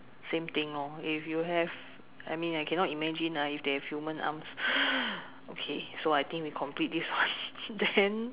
same thing lor if you have I mean I cannot imagine lah if they have human arms okay so I think we complete this one then